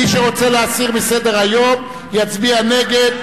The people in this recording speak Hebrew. מי שרוצה להסיר מסדר-היום יצביע נגד.